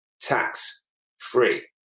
tax-free